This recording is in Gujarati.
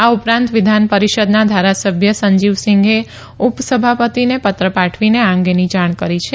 આ ઉપરાંત વિધાન પરિષદના ધારાસભ્ય સંજીવસિંઘે ઉપ સભાપતિને પત્ર પાઠવીને આ અંગેની જાણ કરી છે